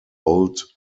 old